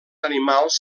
animals